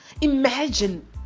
imagine